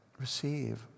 Receive